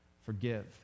Forgive